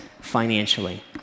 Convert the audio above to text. financially